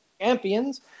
Champions